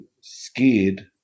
scared